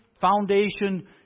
foundation